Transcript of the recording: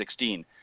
2016